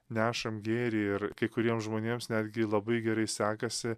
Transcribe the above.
nešam gėrį ir kai kuriems žmonėms netgi labai gerai sekasi